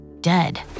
dead